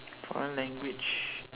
foreign language